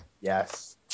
Yes